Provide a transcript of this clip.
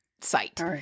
site